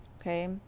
okay